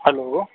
hello